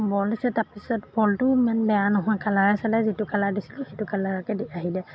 বল দিছোঁ তাৰপিছত বলটো ইমান বেয়া নহয় কালাৰে চালাৰে যিটো কালাৰ দিছিলোঁ সেইটো কালাৰকে দি আহিলে